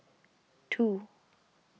two